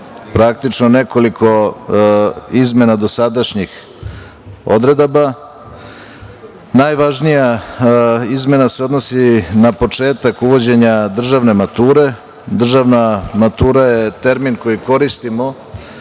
praktično nekoliko izmena dosadašnjih odredaba. Najvažnija izmena se odnosi na početak uvođenja državne mature. Državna matura je termin koji koristimo